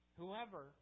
Whoever